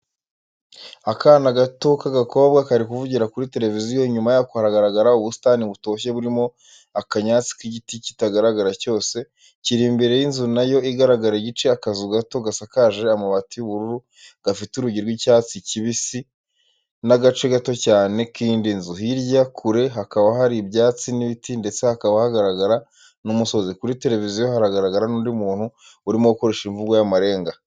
Akana gato k'agakobwa kari kuvugira kuri tereviziyo, inyuma yako haragaragara ubusitani butoshye burimo akanyatsi n'igiti kitagaragara cyose, kiri imbere y'inzu na yo igaragara igice, akazu gato gasakaje amabati y'ubururu, gafite urugi rw'icyatsi kibisi n'agace gato cyane k'indi nzu, hirya kure hakaba hari ibyatsi n'ibiti ndetse hakaba hagaragara n'umusozi, kuri tereviziyo haragaragara n'undi muntu urimo gukoresha imvugo y'amarenga.